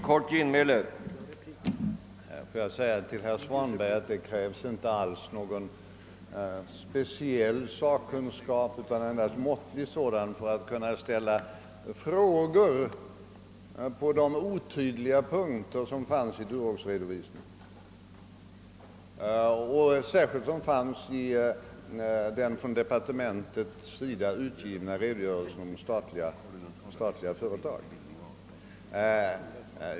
Herr talman! Det krävs inte alls, herr Svanberg, någon speciell sakkunskap utan endast måttlig sådan för att kunna ställa frågor rörande de otydliga poster som finns i duroxredovisningen och särskilt i den av departementet utgivna redogörelsen »Statliga företag».